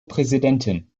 präsidentin